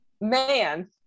man